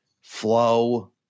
flow